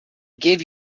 gave